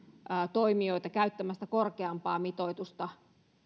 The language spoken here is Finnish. toimijoita käyttämästä korkeampaa mitoitusta